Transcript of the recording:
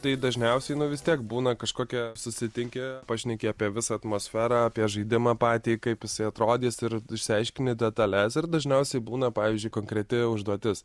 tai dažniausiai vis tiek būna kažkokia susitinki pašneki apie visą atmosferą apie žaidimą patį kaip jisai atrodys ir išsiaiškini detales ir dažniausiai būna pavyzdžiui konkreti užduotis